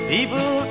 People